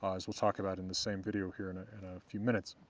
as we'll talk about in the same video here in ah and a few minutes.